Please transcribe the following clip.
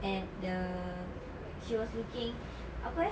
at the she was looking apa eh